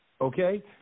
Okay